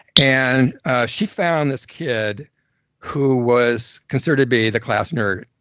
and she found this kid who was considered to be the class nerd.